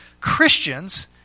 Christians